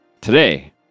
Today